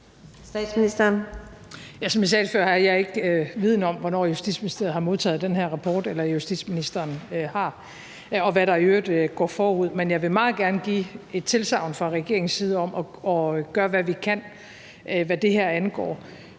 jeg vil meget gerne give et tilsagn fra regeringens side om at gøre, hvad vi kan, hvad det her angår.